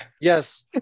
Yes